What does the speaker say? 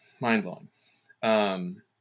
mind-blowing